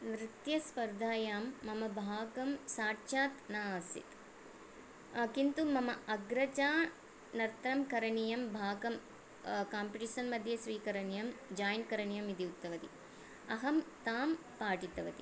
नृत्यस्पर्धायां मम भागं साक्षात् न आसीत् किन्तु मम अग्रजा नर्तनं करणीयं भागं काम्पिटेसन्मध्ये स्वीकरणीयं जोइन् करणीयमिति उक्तवती अहं तां पाठितवती